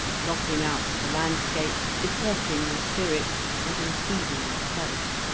blotting out the landscape, depressing the spirits, and enfeebling the health,